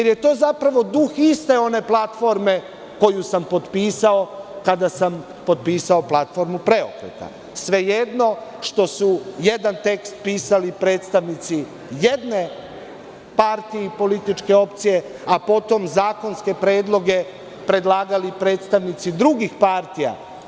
To je zapravo duh iste one platforme koju sam potpisao kada sam potpisao platformu „Preokreta“, svejedno što su jedan tekst pisali predstavnici jedne partije i političke opcije, a potom zakonske predloge predlagali predstavnici drugih partija.